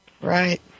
Right